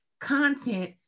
content